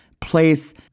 place